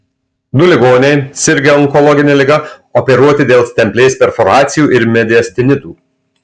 du ligoniai sirgę onkologine liga operuoti dėl stemplės perforacijų ir mediastinitų